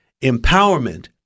empowerment